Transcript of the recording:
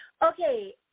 Okay